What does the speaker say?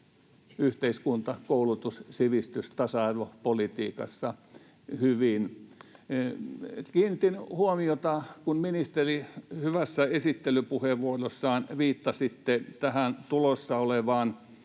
yhteiskunta-, koulutus-, sivistys- ja tasa-arvopolitiikassa hyvin. Kiinnitin huomiota, ministeri, että viittasitte hyvässä esittelypuheenvuorossanne tähän tulossa olevaan,